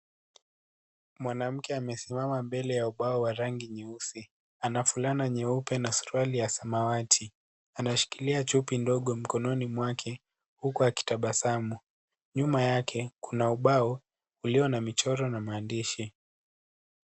Mwanamke amesimama mbele ya ubao wa rangi nyeusi, ana fulana nyeupe na suruali ya samawati, anashilikia chupi ndogo mkononi mwake huku wakitabasamu, nyuma yake kuna ubao ulio na michoro na maandishi.